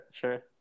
sure